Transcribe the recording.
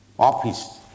office